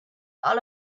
all